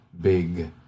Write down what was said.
big